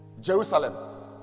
Jerusalem